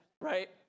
right